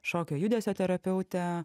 šokio judesio terapeutę